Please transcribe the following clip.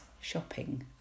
shopping